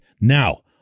Now